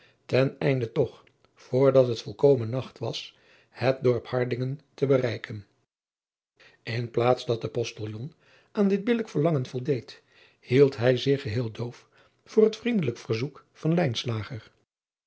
ten einde toch voor dat het volkomen nacht was het dorp ardingen te bereiken n plaats dat de ostiljon aan dit billijk verlangen voldeed hield hij zich geheel doof voor het vriendelijk verzoek van